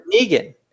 Negan